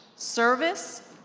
service